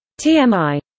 TMI